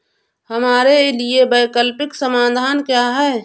हमारे लिए वैकल्पिक समाधान क्या है?